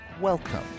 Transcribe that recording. Welcome